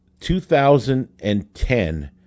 2010